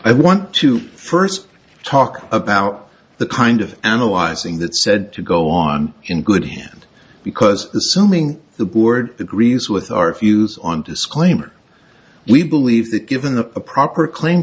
i want to first talk about the kind of analyzing that said to go on in good hand because the summing the board agrees with our views on disclaimer we believe that given the proper claim